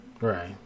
Right